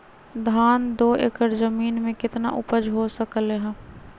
धान दो एकर जमीन में कितना उपज हो सकलेय ह?